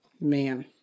Man